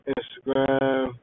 Instagram